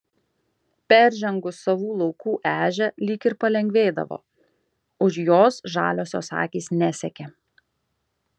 peržengus savų laukų ežią lyg ir palengvėdavo už jos žaliosios akys nesekė